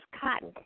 Cotton